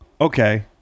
Okay